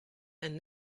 and